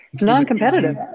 Non-competitive